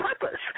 purpose